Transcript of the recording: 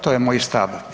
To je moj stav.